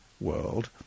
world